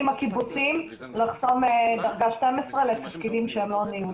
הקיבוצים לחסום דרגה 12 לתפקידים שהם לא ניהוליים.